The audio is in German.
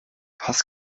pass